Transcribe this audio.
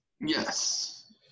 Yes